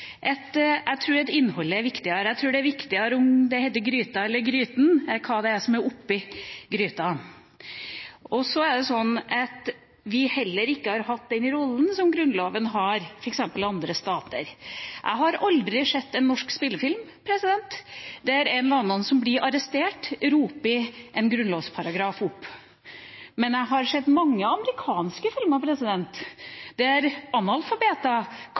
Jeg tror innholdet er viktigere. Jeg tror at viktigere enn om det heter gryta eller gryten, er hva som er oppi gryta. Så er det sånn at Grunnloven heller ikke har hatt den rollen som grunnloven har f.eks. i andre stater. Jeg har aldri sett en norsk spillefilm der en eller annen som blir arrestert, roper ut en grunnlovsparagraf, men jeg har sett mange amerikanske filmer,